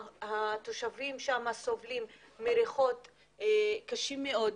התושבים שם סובלים מריחות קשים מאוד,